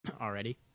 already